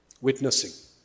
witnessing